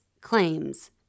claims